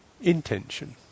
intention